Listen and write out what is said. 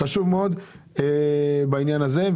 זה חשוב מאוד בעניין הזה.